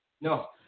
No